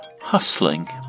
hustling